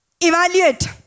Evaluate